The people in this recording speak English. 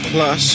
Plus